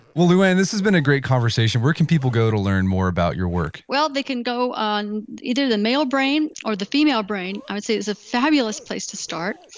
well louann, this has been a great conversation, where can people go to learn more about your work? well they can go on either the male brain, or the female brain i would say is a fabulous way to start,